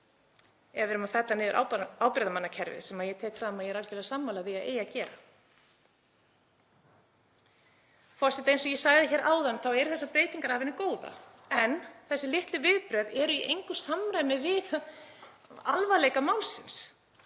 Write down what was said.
ef við erum að fella niður ábyrgðarmannakerfið, sem ég tek fram að ég er algerlega sammála að eigi að gera. Forseti. Eins og ég sagði áðan eru þessar breytingar af hinu góða en þessi litlu viðbrögð eru í engu samræmi við alvarleika málsins,